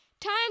time